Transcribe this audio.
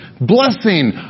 blessing